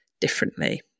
differently